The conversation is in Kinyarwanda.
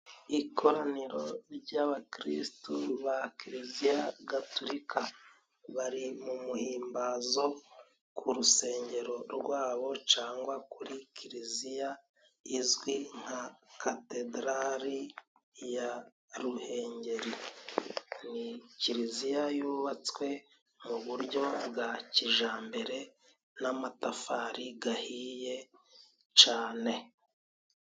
Ikoraniro ry'abakirisitu ba Kiriziya gaturika bari mu muhimbazo ku rusengero rwabo, cyangwa kuri Kiriziya izwi nka Katederarari ya Ruhengeri, ni Kiriziya yubatswe mu buryo bwa kijyambere n'amatafari ahiye cyane.